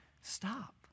stop